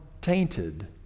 tainted